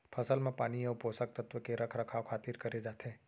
फसल म पानी अउ पोसक तत्व के रख रखाव खातिर करे जाथे